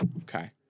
Okay